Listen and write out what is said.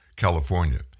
California